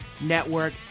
network